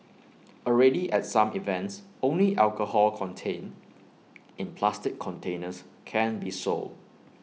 already at some events only alcohol contained in plastic containers can be sold